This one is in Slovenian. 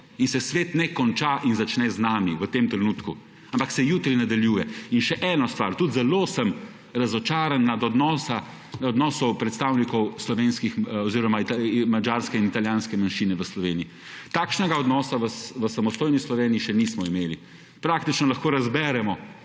In se svet ne konča in začne z nami v tem trenutku, ampak se jutri nadaljuje. In še eno stvar, tudi zelo sem razočaran nad odnosom predstavnikov madžarske in italijanske manjšine v Sloveniji. Takšnega odnosa v samostojni Sloveniji še nismo imeli. Praktično lahko razberemo